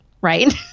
right